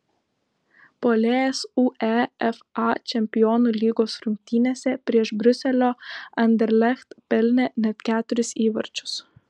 puolėjas uefa čempionų lygos rungtynėse prieš briuselio anderlecht pelnė net keturis įvarčius